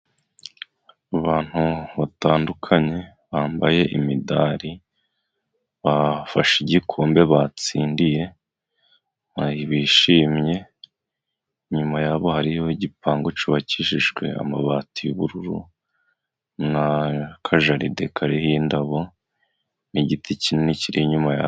Abantu batandukanye bambaye imidari bafashe igikombe batsindiye bishimye, inyuma yabo hariho igipangu cubakishijwe amabati y'ubururu n'akajaride kariho indabo n'igiti kinini kiri inyuma yabo.